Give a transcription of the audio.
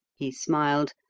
he smiled,